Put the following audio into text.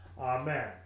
Amen